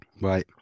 Right